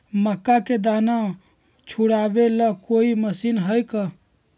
मक्का के दाना छुराबे ला कोई मशीन हई का?